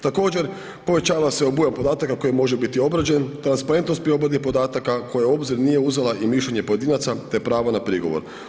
Također, povećava se obujam podataka koji može biti obrađen, transparentnost pri obradi podataka koje u obzir nije uzela i mišljenje pojedinaca te prava na prigovor.